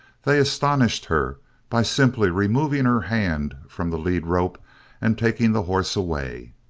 they astonished her by simply removing her hand from the lead-rope and taking the horse away.